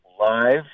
Live